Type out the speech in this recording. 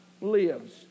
lives